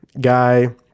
guy